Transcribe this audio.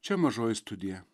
čia mažoji studija